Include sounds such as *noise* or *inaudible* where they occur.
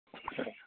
*unintelligible*